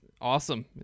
awesome